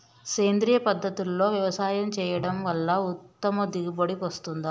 సేంద్రీయ పద్ధతుల్లో వ్యవసాయం చేయడం వల్ల ఉత్తమ దిగుబడి వస్తుందా?